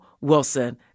Wilson